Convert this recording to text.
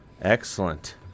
Excellent